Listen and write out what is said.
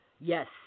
Yes